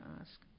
ask